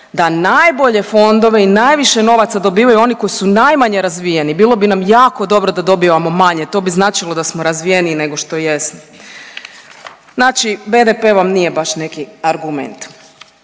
da najbolje fondove i najviše novaca dobivaju oni koji su najmanje razvijeni, bilo bi nam jako dobro da dobivamo manje to bi značilo da smo razvijeniji nego što jesmo. Znači BDP vam nije baš neki argument.